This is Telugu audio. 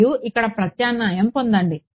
మరియు ఇక్కడ ప్రత్యామ్నాయం పొందండి